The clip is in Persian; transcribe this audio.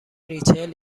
ریچل